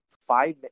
five